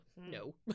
No